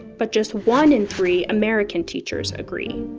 but just one in three american teachers agree.